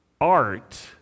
art